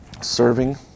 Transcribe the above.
serving